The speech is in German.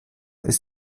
ist